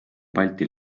balti